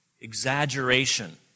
exaggeration